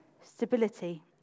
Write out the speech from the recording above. stability